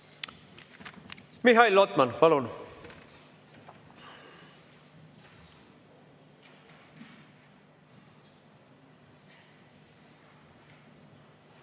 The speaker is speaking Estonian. Mihhail Lotman, palun!